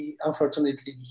unfortunately